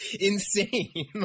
insane